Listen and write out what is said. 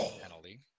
penalty